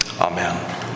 Amen